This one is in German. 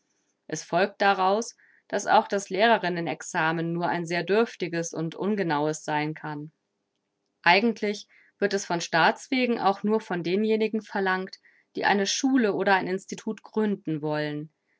es folgt daraus daß auch das lehrerinnen examen nur ein sehr dürftiges und ungenaues sein kann eigentlich wird es von staatswegen auch nur von denjenigen verlangt die eine schule oder ein institut gründen wollen